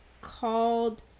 called